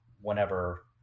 whenever